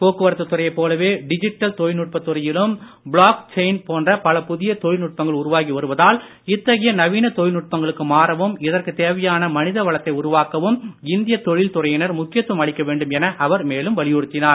போக்குவரத்து துறையை போலவே டிஜிட்டல் தொழில்நுட்பத் துறையிலும் பிளாக் செயின் போன்ற பல புதிய தொழில்நுட்பங்கள் உருவாகி வருவதால் இத்தகைய நவீன தொழில்நுட்பங்களுக்கு மாறவும் இதற்கு தேவையான மனிதவளத்தை உருவாக்கவும் இந்திய தொழில்துறையினர் முக்கியத்துவம் அளிக்க வேண்டும் என அவர் மேலும் வலியுறுத்தினார்